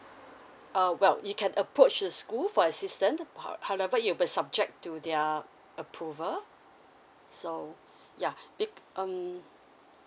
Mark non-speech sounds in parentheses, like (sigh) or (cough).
uh well you can approach to the school for assistant how however it will be subject to their approval so (breath) ya be~ um